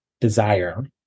desire